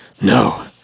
No